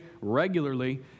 regularly